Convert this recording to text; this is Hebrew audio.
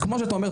כמו שאתה אומר,